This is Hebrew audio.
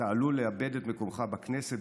אתה עלול לאבד את מקומך בכנסת,